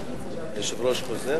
היושב-ראש,